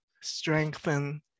strengthen